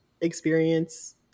experience